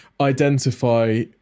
identify